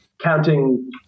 counting